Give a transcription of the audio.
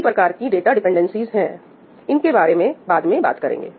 कई प्रकार की डाटा डिपेंडेंसीज है हम इनके बारे में बाद में बात करेंगे